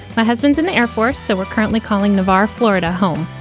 my husband's in the air force, so we're currently calling navar, florida home.